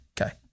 Okay